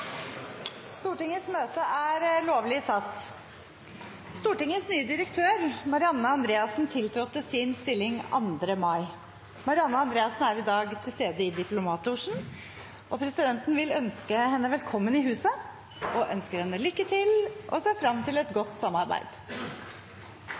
Stortingets nye direktør, Marianne Andreassen, tiltrådte sin stilling 2. mai. Marianne Andreassen er i dag til stede i diplomatlosjen. Presidenten vil ønske henne velkommen i huset, ønsker henne lykke til og ser fram til et